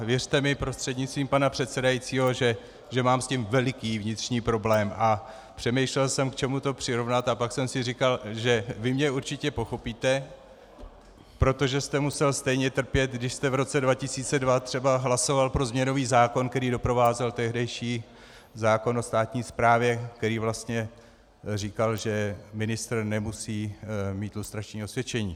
Věřte mi, prostřednictvím pana předsedajícího, že mám s tím veliký vnitřní problém a přemýšlel jsem, k čemu to přirovnat, a pak jsem si říkal, že vy mě určitě pochopíte, protože jste musel stejně trpět, když jste v roce 2002 třeba hlasoval pro změnový zákon, který doprovázel tehdejší zákon o státní správě, který vlastně říkal, že ministr nemusí mít lustrační osvědčení.